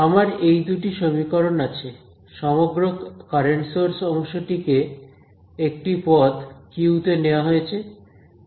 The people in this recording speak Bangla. আমার এই দুটি সমীকরণ আছে সমগ্র কারেন্ট সোর্স অংশটি কে একটি পদ কিউ তে নেওয়া হয়েছে